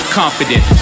confident